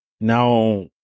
now